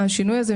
השינוי הזה,